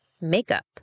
makeup